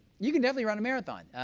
you could definitely run a marathon.